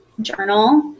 journal